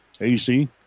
AC